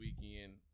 weekend